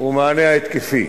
הוא המענה ההתקפי.